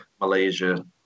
Malaysia